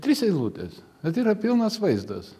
trys eilutės bet yra pilnas vaizdas